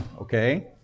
okay